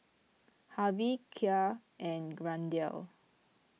Hervey Kya and Randell